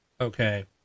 okay